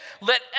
Let